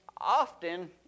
often